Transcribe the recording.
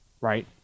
Right